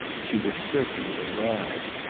she would certainly arrive.